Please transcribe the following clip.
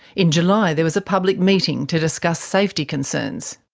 in july there was a public meeting to discuss safety concerns.